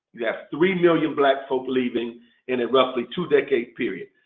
you have three million black folk leaving in a roughly two decade period.